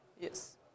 Yes